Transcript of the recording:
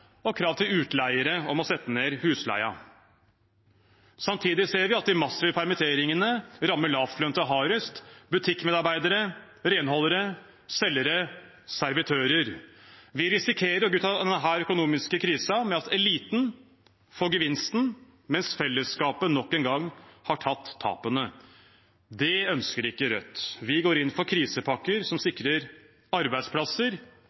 og krav til utleiere om å sette ned husleien. Samtidig ser vi at de massive permitteringene rammer lavtlønte hardest: butikkmedarbeidere, renholdere, selgere, servitører. Vi risikerer å gå ut av denne økonomiske krisen med at eliten får gevinsten, mens felleskapet nok en gang har tatt tapene. Det ønsker ikke Rødt. Vi går inn for krisepakker som sikrer arbeidsplasser